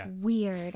weird